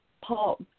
Paul